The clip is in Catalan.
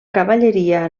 cavalleria